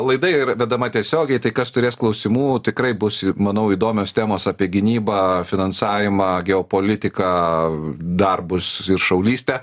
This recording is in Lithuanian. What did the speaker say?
laida yra vedama tiesiogiai tai kas turės klausimų tikrai bus manau įdomios temos apie gynybą finansavimą geopolitiką darbus ir šaulystę